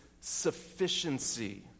sufficiency